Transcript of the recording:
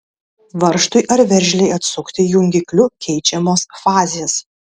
varžtui ar veržlei atsukti jungikliu keičiamos fazės